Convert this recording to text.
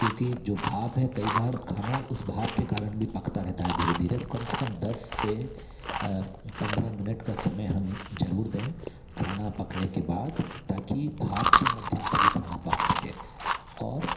क्योंकि जो भाप है कई बार खाना उस भाप के कारण भी पकता रहता है धीरे धीरे तो कम से कम दस से पंद्रह मिनट का समय हम ज़रूर दें खाना पकने के बाद ताकि भाप के माध्यम से भी खाना पक सके और